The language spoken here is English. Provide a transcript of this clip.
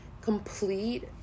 complete